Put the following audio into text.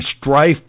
strife